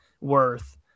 worth